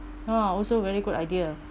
ha also very good idea